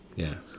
ya